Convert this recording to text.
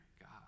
God